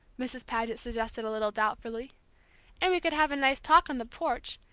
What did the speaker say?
mrs. paget suggested a little doubtfully and we could have a nice talk on the porch,